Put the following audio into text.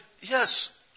Yes